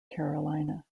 carolina